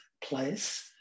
place